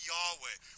Yahweh